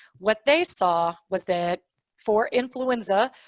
what they saw was that for influenza,